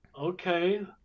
okay